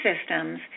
systems